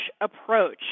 approach